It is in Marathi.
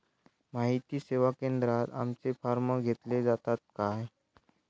माहिती सेवा केंद्रात आमचे फॉर्म घेतले जातात काय?